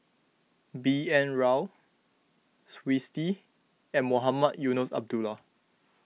B N Rao Twisstii and Mohamed Eunos Abdullah